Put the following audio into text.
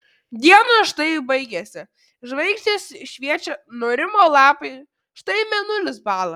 diena štai baigėsi žvaigždės šviečia nurimo lapai štai mėnulis bąla